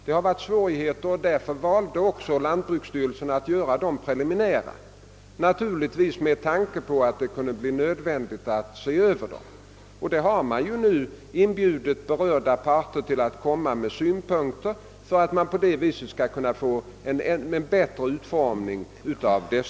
Det har varit svårigheter, och därför valde också lantbruksstyrelsen att göra tillämpningsföreskrifterna preliminära, naturligtvis med tanke på att det kunde bli nödvändigt att se över dem. Man har nu också inbjudit berörda parter att framlägga sina synpunkter för att man skall kunna åstadkomma en bättre utformning av dem.